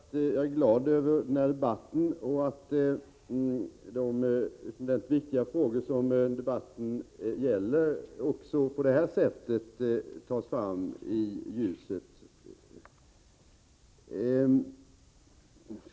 Herr talman! Låt mig först säga att jag är glad över den här debatten och över att de viktiga frågor debatten gäller också på det här sättet tas fram i ljuset.